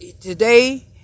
today